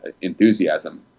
enthusiasm